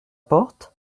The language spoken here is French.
porte